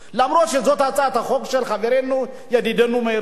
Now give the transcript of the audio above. אף שזאת הצעת חוק של חברנו-ידידנו מאיר שטרית.